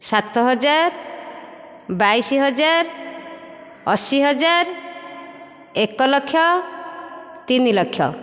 ସାତ ହଜାର ବାଇଶ ହଜାର ଅଶୀ ହଜାର ଏକ ଲକ୍ଷ ତିନି ଲକ୍ଷ